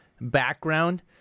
background